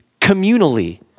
communally